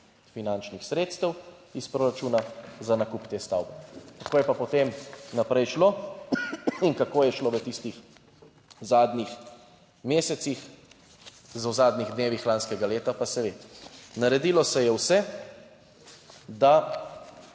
finančnih sredstev iz proračuna za nakup te stavbe. Kako je pa potem naprej šlo in kako je šlo v tistih zadnjih mesecih, v zadnjih dnevih lanskega leta pa se ve: naredilo se je vse, da